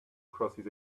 crosses